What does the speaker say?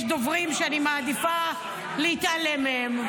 יש דוברים שאני מעדיפה להתעלם מהם.